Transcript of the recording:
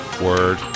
Word